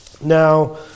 Now